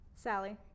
Sally